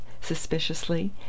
suspiciously